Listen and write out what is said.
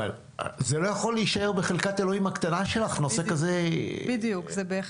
אבל זה לא יכול להישאר בחלקת אלוהים הקטנה שלך נושא כזה טעון.